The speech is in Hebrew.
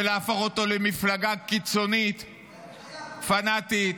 להפוך אותו למפלגה קיצונית, פנטית,